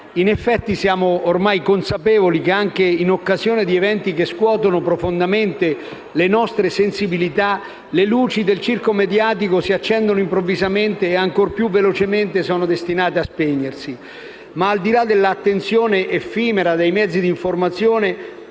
In effetti siamo ormai consapevoli che, anche in occasione di eventi che scuotono profondamente le nostre sensibilità, le luci del circo mediatico si accendono improvvisamente e ancor più velocemente sono destinate a spegnersi. Ma, al di là dell'attenzione effimera dei mezzi di informazione,